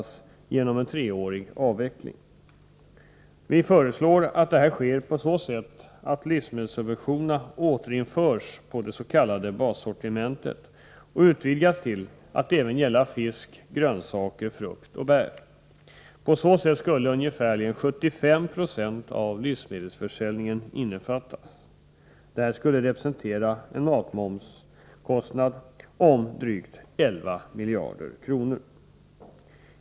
treårig avveckling. Vi föreslår att detta sker på så sätt att livsmedelssubventionerna återinförs på det s.k. bassortimentet och utvidgas till att även gälla fisk, grönsaker, frukt och bär. På så sätt skulle ca 75 96 av livsmedelsförsäljningen innefattas. Detta skulle representera en kostnad för matmoms på drygt 11 miljarder kronor.